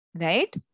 Right